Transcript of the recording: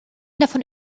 davon